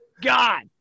God